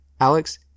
Alex